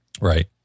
Right